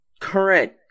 current